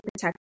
protect